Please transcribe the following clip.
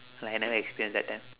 like I never experience that time